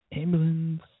ambulance